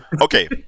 okay